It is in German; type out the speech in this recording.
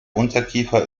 unterkiefer